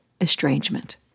estrangement